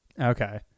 okay